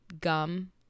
gum